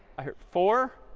i heard four,